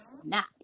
snap